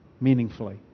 meaningfully